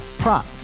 prop